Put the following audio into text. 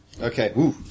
Okay